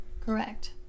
Correct